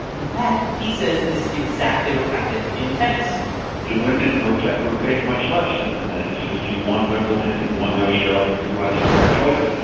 in fact, he says this is exactly what happened in tennis the women were but were paid much less than the men. if if you won wimbledon or you won the australian or u s. or french open,